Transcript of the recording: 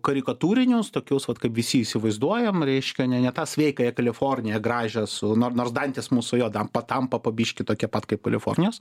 karikatūrinius tokius vat kaip visi įsivaizduojam reiškia ne ne tą sveikąją kaliforniją gražią su nor nors dantys mūsų jo dam patampa po biškį tokie pat kaip kalifornijos